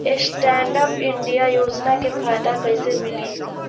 Stand up India योजना के फायदा कैसे मिली?